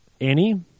Annie